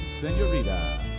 Senorita